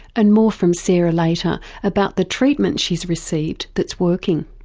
and more from sarah later about the treatment she's received that's working.